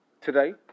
today